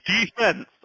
defense